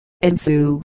ensue